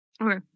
okay